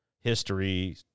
history